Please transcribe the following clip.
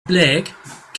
black